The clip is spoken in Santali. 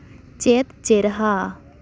ᱪᱮᱫ ᱪᱮᱨᱦᱟ